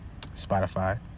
Spotify